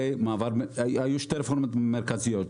היו שתי רפורמות מרכזיות,